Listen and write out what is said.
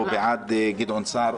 אלו טענות חמורות.